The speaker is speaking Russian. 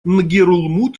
нгерулмуд